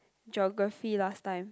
Geography last time